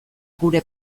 gure